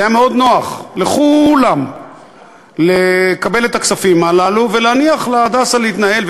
היה מאוד נוח לכולם לקבל את הכספים הללו ולהניח ל"הדסה" להתנהל,